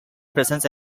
presence